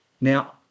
Now